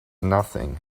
nothing